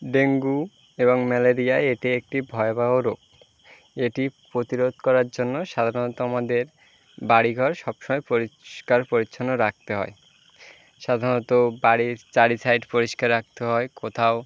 dengue এবং malaria এটি একটি ভয়াবহ রোগ এটি প্রতিরোধ করার জন্য সাধারণত আমাদের বাড়িঘর সবসময় পরিষ্কার পরিচ্ছন্ন রাখতে হয় সাধারণত বাড়ির চারি সাইড পরিষ্কার রাখতে হয় কোথাও